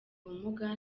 ubumuga